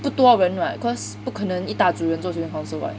不多人 [what] cause 不可能一大组人做 student council [what]